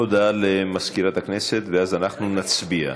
הודעה למזכירת הכנסת ואז אנחנו נצביע.